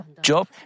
Job